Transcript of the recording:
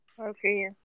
Okay